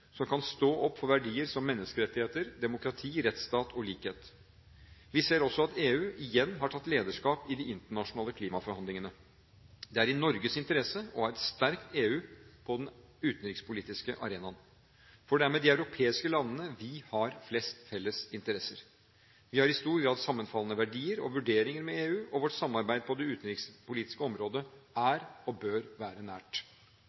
som kan stå opp for verdier som menneskerettigheter, demokrati, rettsstat og likhet. Vi ser også at EU igjen har tatt lederskap i de internasjonale klimaforhandlingene. Det er i Norges interesse å ha et sterkt EU på den utenrikspolitiske arenaen, for det er med de europeiske landene vi har flest felles interesser. Vi har i stor grad sammenfallende verdier og vurderinger med EU, og vårt samarbeid på det utenrikspolitiske området er – og bør være – nært.